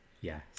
yes